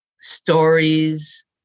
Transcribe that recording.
stories